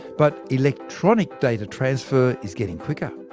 but electronic data transfer is getting quicker.